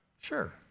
Sure